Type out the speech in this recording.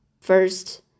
first